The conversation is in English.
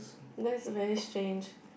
that's very strange